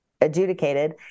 adjudicated